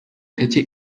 gacye